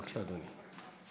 בבקשה, אדוני.